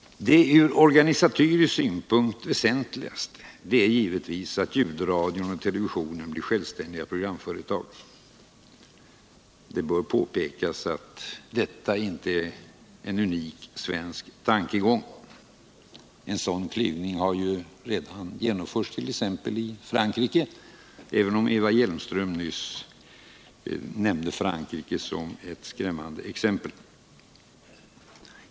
Det ur organisatorisk synpunkt väsentligaste är givetvis att ljudradion och televisionen blir självständiga programföretag. Det bör påpekas att detta inte ären unik svensk tankegång. En sådan klyvning har redan genomförtst.ex. i Frankrike — jag säger det trots att Eva Hjelmström nyss nämnde Frankrike som ett skrämmande exempel.